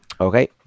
Okay